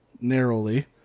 narrowly